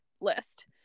list